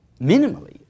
minimally